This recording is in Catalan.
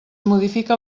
modifica